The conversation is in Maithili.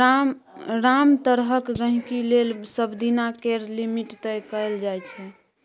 सभ तरहक गहिंकी लेल सबदिना केर लिमिट तय कएल जाइ छै